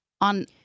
on